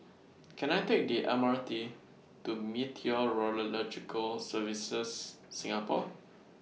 Can I Take The M R T to Meteorological Services Singapore